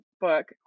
book